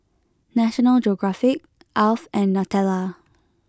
National Geographic Alf and Nutella